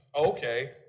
okay